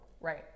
Right